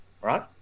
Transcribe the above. right